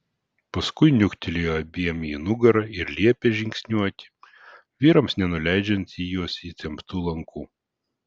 paskui niuktelėjo abiem į nugarą ir liepė žingsniuoti vyrams nenuleidžiant į juos įtemptų lankų